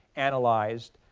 analyzed.